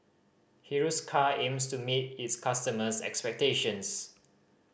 Hiruscar aims to meet its customers' expectations